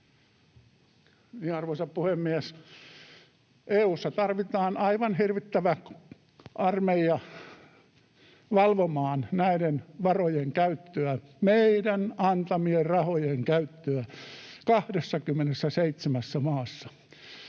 Arvoisa puhemies! EU:ssa tarvitaan aivan hirvittävä armeija valvomaan näiden varojen käyttöä, meidän antamiemme rahojen käyttöä, 27 maassa.